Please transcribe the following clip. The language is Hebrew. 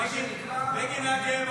נתקבלה.